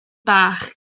bach